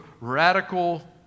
radical